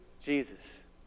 Jesus